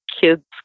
kids